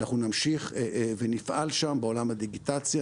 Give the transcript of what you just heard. אנחנו נמשיך ונפעל שם בעולם הדיגיטציה,